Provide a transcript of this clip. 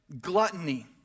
Gluttony